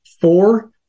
four